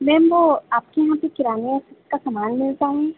ma'am वो आपके यहाँ पर किराने का समान मिलता है